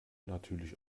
natürlich